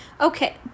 Okay